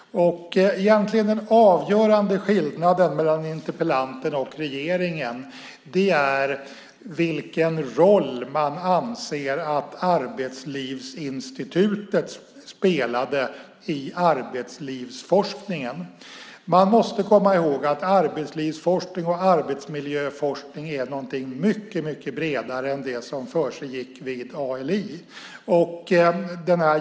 Den avgörande skillnaden mellan interpellanten och regeringen är vilken roll man anser att Arbetslivsinstitutet spelade i arbetslivsforskningen. Man måste komma ihåg att arbetslivsforskning och arbetsmiljöforskning är någonting mycket bredare än det som försiggick vid ALI.